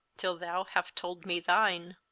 till thou have told me thine.